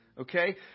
okay